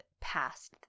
past